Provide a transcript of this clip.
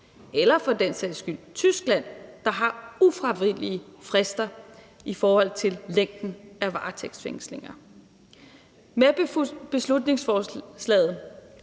eller for den sags skyld Tyskland, der har ufravigelige frister i forhold til længden af varetægtsfængslinger. Med beslutningsforslaget